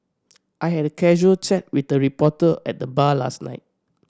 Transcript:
I had a casual chat with a reporter at the bar last night